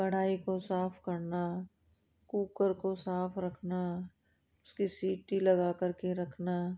कढ़ाई को साफ़ करना कूकर को साफ़ रखना उसकी सीटी लगाकर के रखना